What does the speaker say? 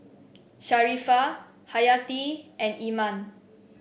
Sharifah Hayati and Iman